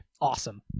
Awesome